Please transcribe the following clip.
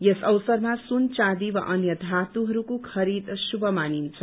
यस अवसरमा सुन चाँदी वा अन्य धातुहरूको खरीद शुभ मानिन्छ